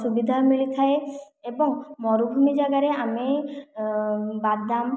ସୁବିଧା ମିଳିଥାଏ ଏବଂ ମରୁଭୂମି ଜାଗାରେ ଆମେ ବାଦାମ